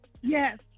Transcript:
Yes